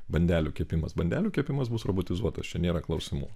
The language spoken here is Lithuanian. bandelių kepimas bandelių kepimas bus robotizuotas čia nėra klausimų